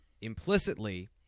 implicitly